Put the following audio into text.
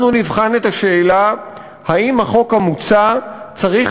אנחנו נבחן את השאלה אם החוק המוצע צריך